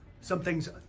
Something's